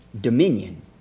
dominion